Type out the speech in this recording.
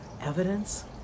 evidence